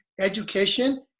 education